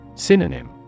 Synonym